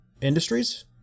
industries